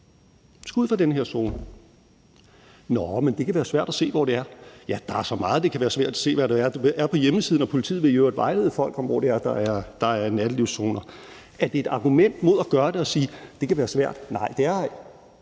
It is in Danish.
ud fra den her zone. Nå, men det kan være svært at se, hvor det er. Ja, der er så meget, det kan være svært at se hvad er. Det er på hjemmesiden, og politiet vil i øvrigt vejlede folk om, hvor det er, der er nattelivszoner. Er det et argument mod at gøre det at sige: Det kan være svært? Nej, det er ej.